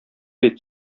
бит